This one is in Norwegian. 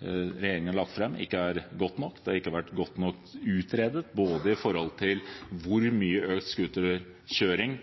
regjeringen har lagt fram, ikke er godt nok. Det har ikke vært godt nok utredet verken hvor mye økt scooterkjøring